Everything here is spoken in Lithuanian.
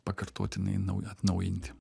pakartotinai naują atnaujinti